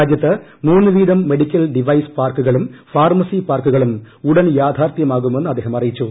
രാജ്യത്ത് മൂന്നു വീതം മെഡിക്കൽ ഡിവൈസ് പാർക്കുകളും ഫാർമസി പാർക്കുകളും ഉടൻ യാഥാർത്ഥ്യമാകുമെന്ന് അദ്ദേഹം അറിയിച്ചു